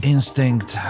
Instinct